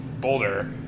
Boulder